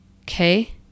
okay